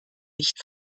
nicht